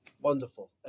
wonderful